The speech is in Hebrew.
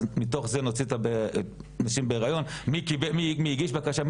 מתוך זה נוציא את הנשים בהיריון ונבין מי הגיש בקשה,